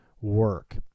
work